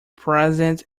president